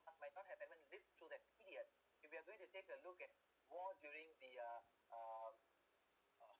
that might not have haven't list through that if you are going to take a look at war during the uh uh uh